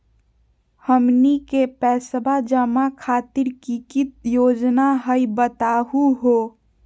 हमनी के पैसवा जमा खातीर की की योजना हई बतहु हो?